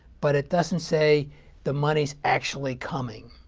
but it doesn't say the money is actually coming.